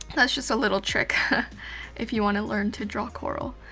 that's just little trick if you want to learn to draw coral.